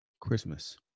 Christmas